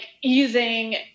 using